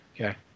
Okay